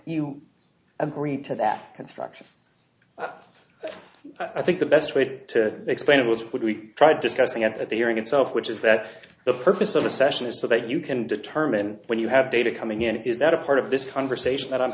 you agree to that construction i think the best way to explain it was when we tried discussing at the hearing itself which is that the purpose of the session is so that you can determine when you have data coming in is that a part of this conversation that i'm